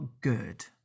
good